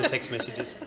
text messages!